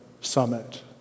summit